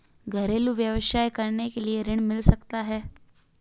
घरेलू व्यवसाय करने के लिए ऋण मिल सकता है?